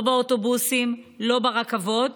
לא באוטובוסים, לא ברכבות,